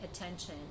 attention